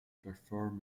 perform